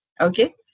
okay